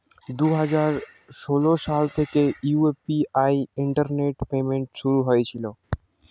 দুই হাজার ষোলো সাল থেকে ইউ.পি.আই ইন্টারনেট পেমেন্ট শুরু হয়েছিল